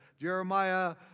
Jeremiah